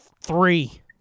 three